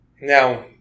Now